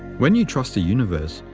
when you trust the universe,